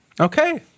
Okay